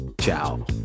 Ciao